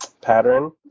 pattern